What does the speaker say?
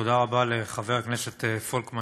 תודה רבה לחבר הכנסת פולקמן,